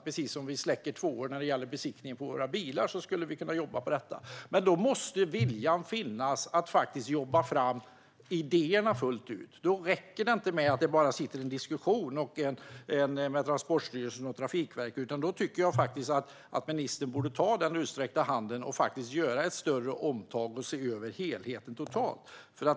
Precis som att vi släcker 2:or när det gäller besiktningen av våra bilar skulle vi kunna jobba på detta. Då måste dock viljan finnas att faktiskt jobba fram idéerna fullt ut. Det räcker inte med att bara sitta i en diskussion med Transportstyrelsen och Trafikverket, utan jag tycker att ministern borde ta den utsträckta handen och göra ett större omtag och se över helheten totalt.